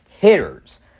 hitters